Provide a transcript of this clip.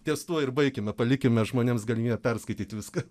ties tuo ir baikime palikime žmonėms galimybę perskaityti viską